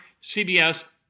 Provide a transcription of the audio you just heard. CBS